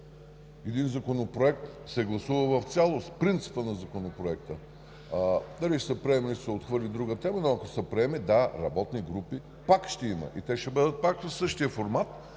Един законопроект се гласува в цялост – принципът на законопроекта, а дали ще се приеме, или отхвърли е друга тема. Ако се приеме, да, работни групи пак ще има и те ще бъдат в същия формат,